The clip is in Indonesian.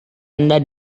anda